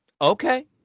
Okay